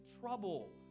trouble